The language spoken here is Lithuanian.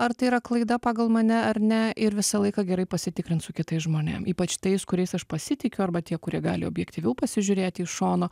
ar tai yra klaida pagal mane ar ne ir visą laiką gerai pasitikrint su kitais žmonėm ypač tais kuriais aš pasitikiu arba tie kurie gali objektyviau pasižiūrėti iš šono